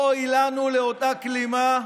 אוי לנו לאותה כלימה,